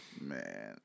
Man